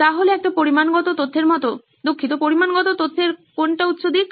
সুতরাং একটা পরিমাণগত তথ্যের মতো দুঃখিত পরিমাণগত তথ্যের কোনটা উচ্চ দিক